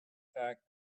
fact